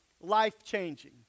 life-changing